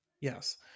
Yes